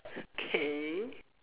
K